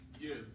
Yes